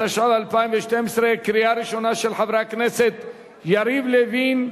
התשע"ב 2012, של חברי הכנסת יריב לוין,